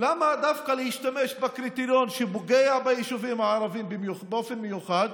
למה דווקא להשתמש בקריטריון שפוגע ביישובים הערביים באופן מיוחד,